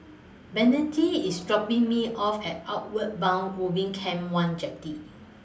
Bennett IS dropping Me off At Outward Bound Ubin Camp one Jetty